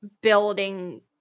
building